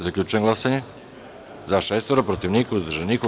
Zaključujem glasanje: za – šest, protiv – niko, uzdržanih – nema.